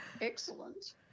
Excellent